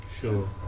Sure